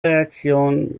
reaktion